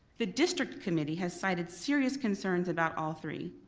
the district committee has cited serious concerns about all three,